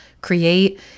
create